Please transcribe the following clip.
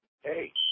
Hey